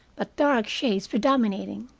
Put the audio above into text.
but dark shades predominating.